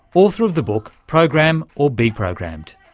author of the book program or be programmed.